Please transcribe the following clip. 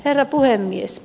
herra puhemies